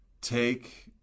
take